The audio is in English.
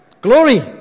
Glory